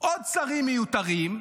עוד שרים מיותרים,